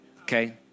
okay